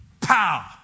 pow